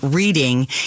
reading